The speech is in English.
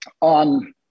on